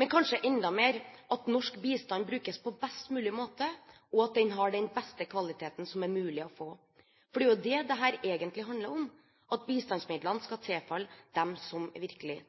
men kanskje enda mer, at norsk bistand brukes på best mulig måte, og at den har den beste kvaliteten som det er mulig å få. For det er jo det dette egentlig handler om, at bistandsmidlene skal tilfalle dem som virkelig